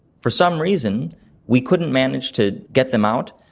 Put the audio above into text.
for some reason we couldn't manage to get them out,